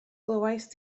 glywaist